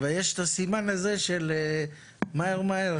ולהרחיב את הסמכות של האחראי על בירור